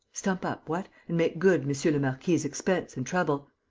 stump up, what, and make good monsieur le marquis' expense and trouble.